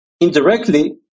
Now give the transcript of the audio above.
Indirectly